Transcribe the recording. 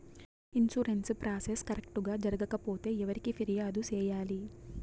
insurance process correct గా జరగకపోతే ఎవరికి ఫిర్యాదు సేయాలి